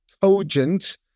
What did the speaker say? cogent